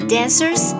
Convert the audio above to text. Dancers